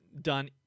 done